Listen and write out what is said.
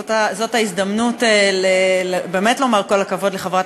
זאת ההזדמנות באמת לומר כל הכבוד לחברת